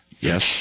Yes